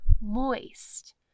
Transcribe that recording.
moist